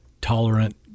tolerant